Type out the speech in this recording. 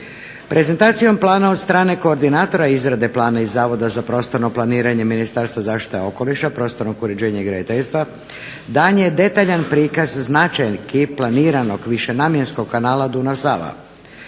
Prezentacijom plana od strane koordinatora i izrade plana iz Zavoda za prostorno planiranje Ministarstva zaštite okoliša, prostornog uređenja i graditeljstva, dan je detaljan prikaz značajki planiranog višenamjenskog kanala Dunav-Sava.